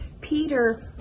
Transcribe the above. Peter